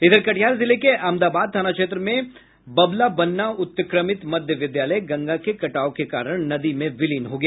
इधर कटिहार जिले के अमदाबाद थाना क्षेत्र में बबलाबन्ना उत्क्रमित मध्य विद्यालय गंगा के कटाव के कारण नदी में विलिन हो गया